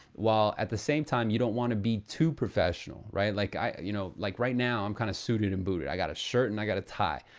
while at the same time you don't want to be too professional, right? like i, you know, like right now, i'm kind of suited and booted. i got a shirt and i got a tie.